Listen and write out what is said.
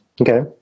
Okay